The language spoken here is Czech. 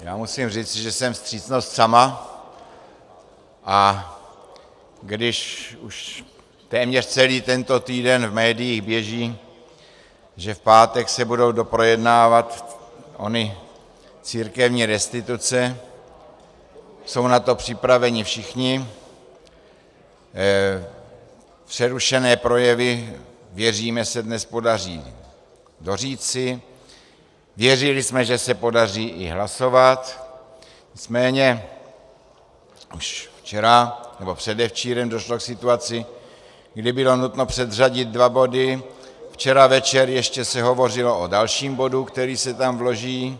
Já musím říci, že jsem vstřícnost sama, a když už téměř celý tento týden v médiích běží, že v pátek se budou doprojednávat ony církevní restituce, jsou na to připraveni všichni, věřím, že přerušené projevy se dnes podaří doříci, věřili jsme, že se podaří i hlasovat, nicméně už včera nebo předevčírem došlo k situaci, kdy bylo nutno předřadit dva body, včera večer se hovořilo ještě o dalším bodu, který se tam vloží.